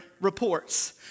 reports